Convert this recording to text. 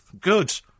Good